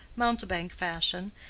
mountebank fashion,